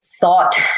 thought